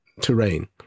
terrain